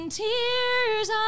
tears